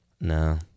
No